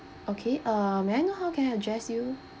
okay uh may I know how can I address you